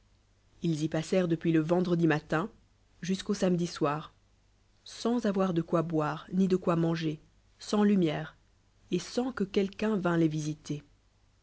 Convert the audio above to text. ils y pllllèrent depuis je vendredi matin jusqu'ail samedi soir sans avoir de quoi boire ni de quoi maoger sans lumière et sans que quequ'un vint les visiter